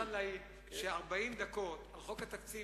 אני מוכן להעיד שנאום של 40 דקות על חוק התקציב